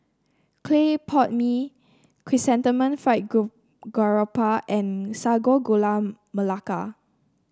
Clay Pot Mee Chrysanthemum Fried Garoupa and Sago Gula Melaka